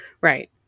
Right